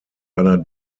einer